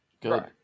Good